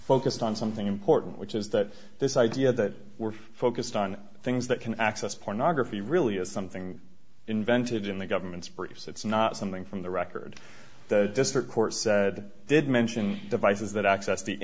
focused on something important which is that this idea that we're focused on things that can access pornography really is something invented in the government's briefs it's not something from the record the district court said did mention devices that access the